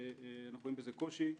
שאנו רואים בזה קושי.